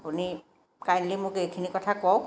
আপুনি কাইণ্ডলি মোক এইখিনি কথা কওক